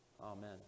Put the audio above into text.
Amen